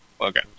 Okay